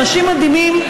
אנשים מדהימים,